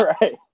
Right